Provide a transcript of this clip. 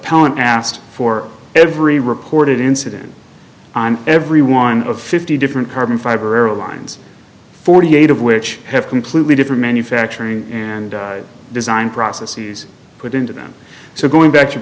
ant asked for every reported incident on every one of fifty different carbon fiber airlines forty eight of which have completely different manufacturing and design processes put into them so going back to